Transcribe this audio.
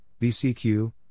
bcq